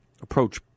approach